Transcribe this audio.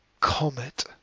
comet